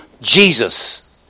Jesus